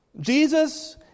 Jesus